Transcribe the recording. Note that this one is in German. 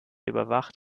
überwacht